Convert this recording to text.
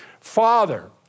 Father